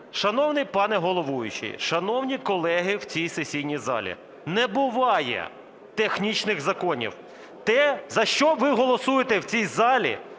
Шановний пане головуючий, шановні колеги в цій сесійній залі, не буває технічних законів. Те, за що ви голосуєте в цій залі,